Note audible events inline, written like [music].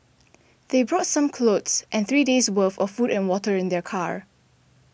[noise] they brought some clothes and three days' worth of food and water in their car